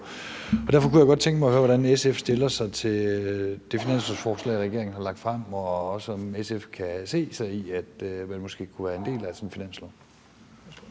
derfor kunne jeg godt tænke mig at høre, hvordan SF stiller sig til det finanslovsforslag, regeringen har fremsat, og om SF måske også kan se sig selv i at være en del af sådan en finanslov.